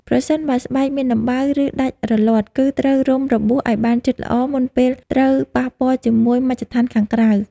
ប្រសិនបើស្បែកមានដំបៅ ឬដាច់រលាត់ គឺត្រូវរុំរបួសឱ្យបានជិតល្អមុនពេលត្រូវប៉ះពាល់ជាមួយមជ្ឈដ្ឋានខាងក្រៅ។